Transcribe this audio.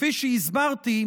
כפי שהסברתי,